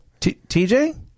TJ